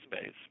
space